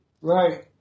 Right